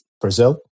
Brazil